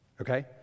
Okay